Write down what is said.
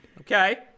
Okay